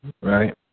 right